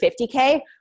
50K